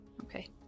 Okay